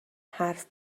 حرف